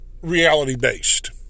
reality-based